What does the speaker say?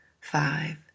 five